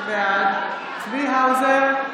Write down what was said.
בעד צבי האוזר,